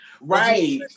Right